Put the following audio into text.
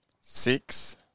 six